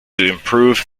improve